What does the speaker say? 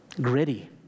gritty